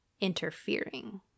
interfering